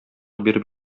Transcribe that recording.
биреп